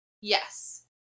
Yes